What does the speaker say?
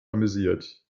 amüsiert